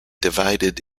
divided